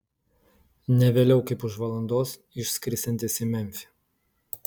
ne vėliau kaip už valandos išskrisiantis į memfį